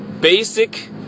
basic